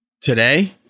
Today